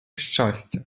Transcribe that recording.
щастя